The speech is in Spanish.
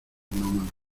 nómadas